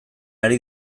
ari